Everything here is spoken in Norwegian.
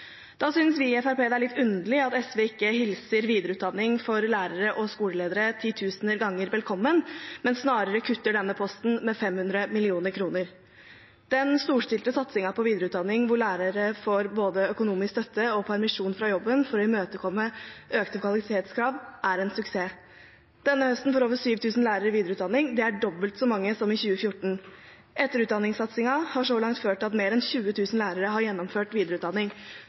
Da synes vi i Fremskrittspartiet det er litt underlig at SV ikke hilser videreutdanning for lærere og skoleledere ti tusende ganger velkommen, men bare kutter denne posten med 500 mill. kr. Den storstilte satsingen på videreutdanning, der lærere får både økonomisk støtte og permisjon fra jobben for å imøtekomme økte kvalitetskrav, er en suksess. Denne høsten får over 7 000 lærere videreutdanning. Det er dobbelt så mange som i 2014. Etterutdanningssatsingen har så langt ført til at mer enn 20 000 lærere har gjennomført videreutdanning.